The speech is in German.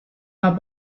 war